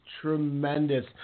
tremendous